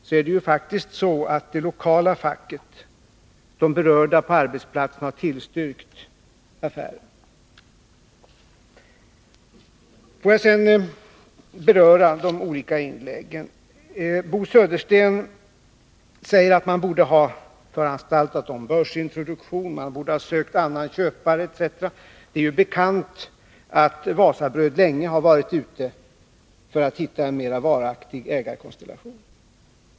Det är faktiskt så att det lokala facket, de berörda på arbetsplatsen, har tillstyrkt affären. Bo Södersten säger att man borde ha föranstaltat om börsintroduktion, sökt annan köpare etc. Det är bekant att Wasabröd länge har varit ute efter att hitta en mer varaktig ägarkonstellation.